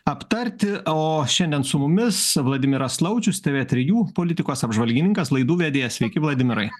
aptarti o šiandien su mumis vladimiras laučius tv trijų politikos apžvalgininkas laidų vedėjas sveiki vladimirai